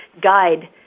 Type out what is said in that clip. guide